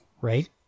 right